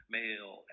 male